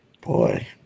Boy